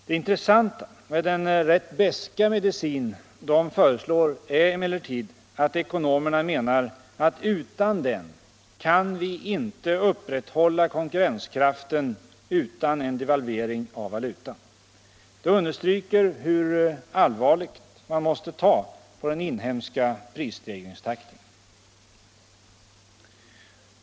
Det intressanta med den rätt beska medicin som föreslås är emellertid att ekonomerna menar att utan den kan vi inte upprätthålla konkurrenskraften annat än genom en devalvering av valutan. Det understryker hur allvarligt man måste ta på den inhemska prisstegringstakten.